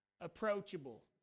approachable